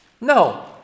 No